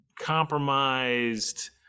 compromised